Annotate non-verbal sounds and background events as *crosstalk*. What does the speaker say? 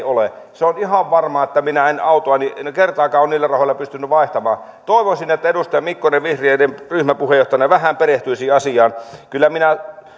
*unintelligible* ole se on ihan varma että minä en autoani kertaakaan ole niillä rahoilla pystynyt vaihtamaan toivoisin että edustaja mikkonen vihreiden ryhmäpuheenjohtajana vähän perehtyisi asiaan kyllä minä *unintelligible*